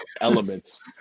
elements